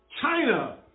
China